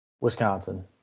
Wisconsin